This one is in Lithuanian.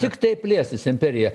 tiktai plėstis imperija